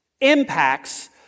impacts